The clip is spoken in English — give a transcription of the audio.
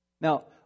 now